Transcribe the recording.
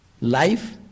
life